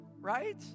Right